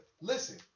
Listen